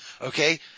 Okay